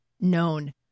known